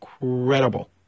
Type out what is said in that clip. incredible